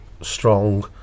strong